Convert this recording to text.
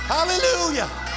Hallelujah